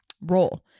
role